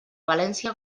valència